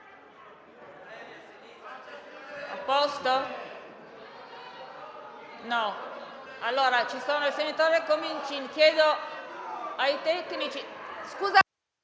A posto? No.